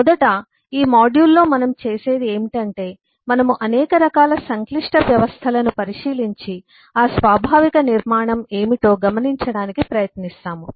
మొదట ఈ మాడ్యూల్లో మనం చేసేది ఏమిటంటే మనము అనేక రకాల సంక్లిష్ట వ్యవస్థలను పరిశీలించి ఆ స్వాభావిక నిర్మాణం ఏమిటో గమనించడానికి ప్రయత్నిస్తాము